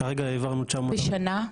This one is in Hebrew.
כרגע העברנו 940. בשנה?